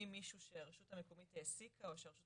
ממישהו שהרשות המקומית העסיקה או שהרשות